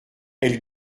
elle